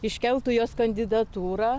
iškeltų jos kandidatūrą